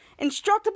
Instructable